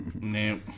No